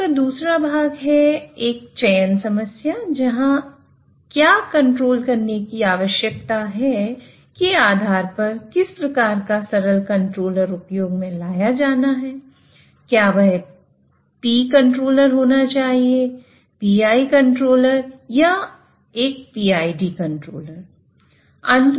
समस्या का दूसरा भाग है एक चयन समस्या जहां क्या कंट्रोल करने की आवश्यकता है के आधार पर किस प्रकार का सरल कंट्रोलर उपयोग में लाया जाना है क्या यह P कंट्रोलर होना चाहिए PI कंट्रोलर या एक PID कंट्रोलर